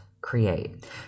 create